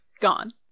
Gone